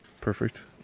perfect